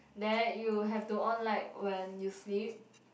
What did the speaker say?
then you have to on light when you sleep